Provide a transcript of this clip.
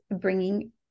bringing